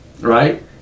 Right